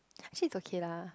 actually okay lah